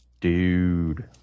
dude